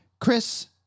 Chris